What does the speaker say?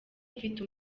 mfite